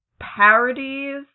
parodies